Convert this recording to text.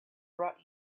brought